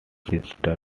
sister